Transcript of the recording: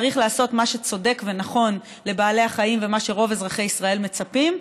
צריך לעשות מה שצודק ונכון לבעלי החיים ומה שרוב אזרחי ישראל מצפים.